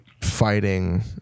fighting